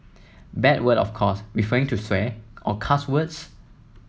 bad word of course referring to swear or cuss words